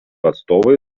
atstovai